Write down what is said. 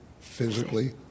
physically